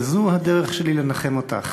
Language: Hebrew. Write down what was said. וזו הדרך שלי לנחם אותך.